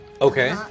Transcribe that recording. Okay